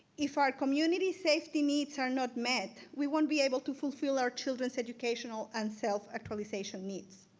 if our community safety needs are not met, we won't be able to fulfill our children's educational and self actualization needs.